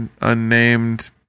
unnamed